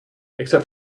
except